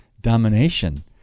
domination